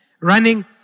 running